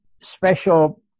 special